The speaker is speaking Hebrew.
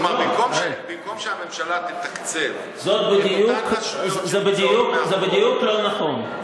במקום שהממשלה תתקצב, זה בדיוק לא נכון.